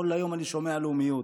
כל היום אני שומע לאומיות,